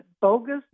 bogus